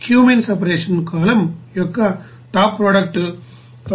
cumene separation column యొక్క top product 99